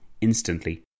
instantly